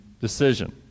decision